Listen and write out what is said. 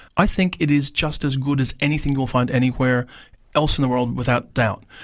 i think it is just as good as anything you'll find anywhere else in the world, without doubt.